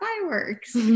fireworks